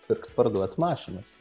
pirkt parduot mašinas